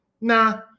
nah